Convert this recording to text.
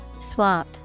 Swap